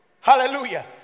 Hallelujah